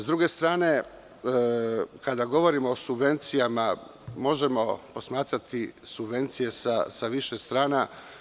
S druge strane, kada govorimo o subvencijama, možemo posmatrati subvencije sa više strana.